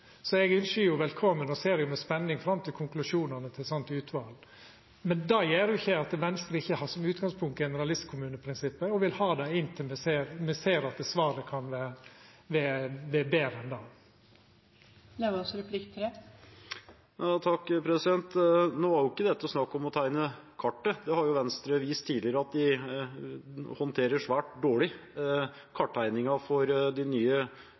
Så eg ynskjer velkomen og ser med spenning fram til konklusjonane til eit slikt utval. Men det gjer jo ikkje at Venstre ikkje har generalistkommuneprinsippet som utgangspunkt og vil ha det inntil me ser at svaret kan vera betre enn det. Nå var ikke dette snakk om å tegne kartet. Det har Venstre vist tidligere at de håndterer svært dårlig. Karttegningen for de nye